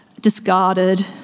discarded